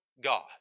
God